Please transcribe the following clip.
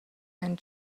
and